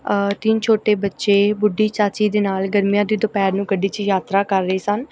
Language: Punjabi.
ਤਿੰਨ ਛੋਟੇ ਬੱਚੇ ਬੁੱਢੀ ਚਾਚੀ ਦੇ ਨਾਲ ਗਰਮੀਆਂ ਦੀ ਦੁਪਹਿਰ ਨੂੰ ਗੱਡੀ 'ਚ ਯਾਤਰਾ ਕਰ ਰਹੇ ਸਨ